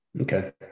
Okay